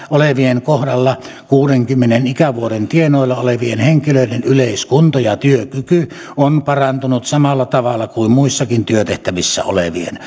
olevien kohdalla kuudenkymmenen ikävuoden tienoilla olevien henkilöiden yleiskunto ja työkyky ovat parantuneet samalla tavalla kuin muissakin työtehtävissä olevien